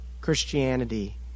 Christianity